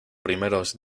primeros